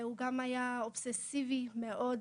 הוא גם היה אובססיבי מאוד.